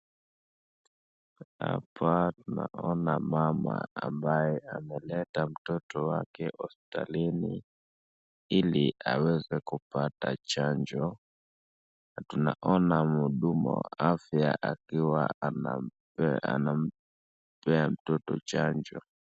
Hapa tunaona mama ambaye ameleta mtoto wake hospitalini ili aweze kupata chanjo, na tunaona mhudumu wa afya akiwa anampea mtoto chanjo.